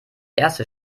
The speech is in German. erste